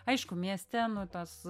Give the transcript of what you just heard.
aišku mieste nu tas